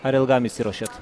ar ilgam išsiruošėt